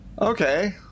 okay